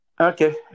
Okay